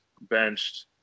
benched